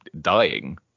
dying